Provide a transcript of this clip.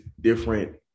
different